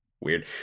weird